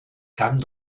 camp